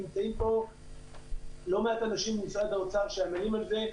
נמצאים פה לא מעט אנשים ממשרד האוצר שעמלים על זה,